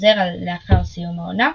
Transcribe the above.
חוזר לאחר סיום העונה,